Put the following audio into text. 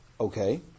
Okay